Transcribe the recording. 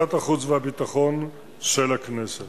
לוועדת הפנים והגנת הסביבה נתקבלה.